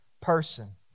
person